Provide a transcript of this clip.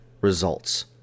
results